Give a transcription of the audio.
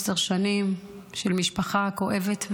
עשר שנים של משפחה כואבת ודואבת,